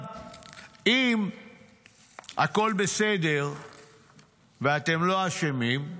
אם הכול בסדר ואתם לא אשמים,